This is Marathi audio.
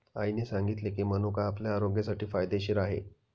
आईने सांगितले की, मनुका आपल्या आरोग्यासाठी फायदेशीर आहे